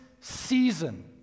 season